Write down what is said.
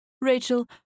Rachel